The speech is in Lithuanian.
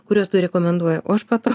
kuriuos tu rekomenduoji o aš po to